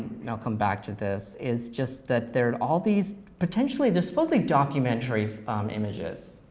i'll come back to this, is just that there are all these, potentially, they're supposedly documentary images.